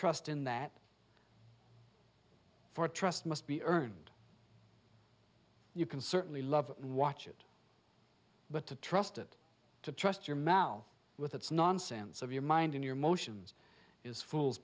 trust in that for trust must be earned you can certainly love and watch it but to trust it to trust your mouth with it's nonsense of your mind in your motions is fool's